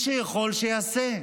מי שיכול, שיעשה.